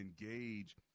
engage